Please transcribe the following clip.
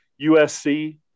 USC